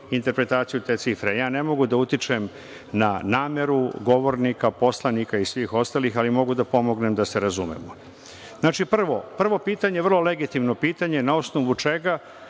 interpretaciju te cifre, pošto ne mogu da utičem na nameru govornika, poslanika i svih ostalih, ali mogu da pomognem da se razumemo. Prvo pitanje vrlo legitimno pitanje – na osnovu čega